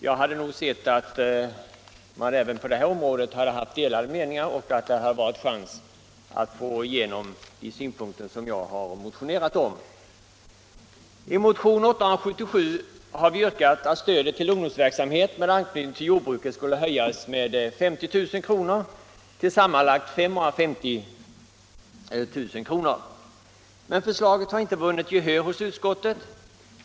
Jag hade nog sett att man även på det här området hade haft delade meningar och att det funnits chans att få igenom de synpunkter som jag motionerat om. I motionen 877 har vi yrkat att stödet till ungdomsverksamhet med anknytning till jordbruket skulle höjas med 50 000 kr. till sammanlagt 550 000 kr. Men förslaget har inte vunnit gehör hos utskottet.